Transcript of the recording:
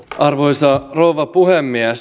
arvoisa rouva puhemies